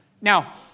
Now